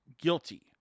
guilty